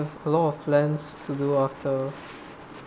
a lot of plans to do after